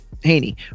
Haney